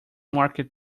market